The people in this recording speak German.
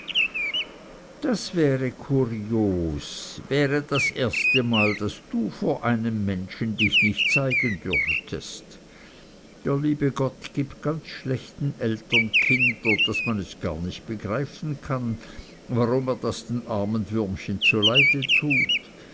dies wäre kurios wäre das erstemal daß du vor einem menschen dich nicht zeigen dürftest der liebe gott gibt ganz schlechten eltern kinder daß man es gar nicht begreifen kann warum er das den armen würmchen zuleide tut